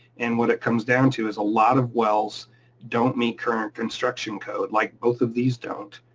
and what it comes down to is a lot of wells don't meet current construction code, like both of these don't.